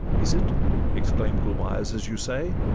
is it exclaim'd gulbeyaz, as you say?